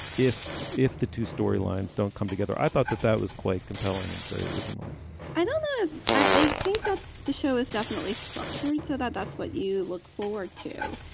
if if the two storylines don't come together i thought that that was quite compelling and very original i i think that the show is definitely structured so that that's what you look forward to.